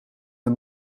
een